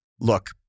look